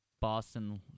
Boston